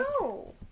No